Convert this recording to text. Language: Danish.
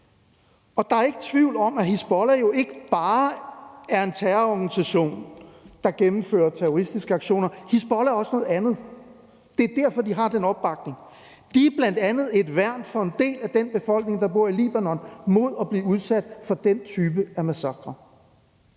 jo ikke nogen tvivl om, at Hizbollah ikke bare er en terrororganisation, der gennemfører terroristiske aktioner, men at Hizbollah også er noget andet. Det er derfor, de har den opbakning. De er bl.a. et værn for en del af den befolkning, der bor i Libanon, mod at blive udsat for den type af massakrer,